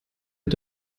mit